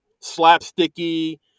slapsticky